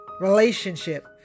relationship